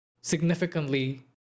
significantly